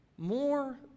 more